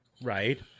right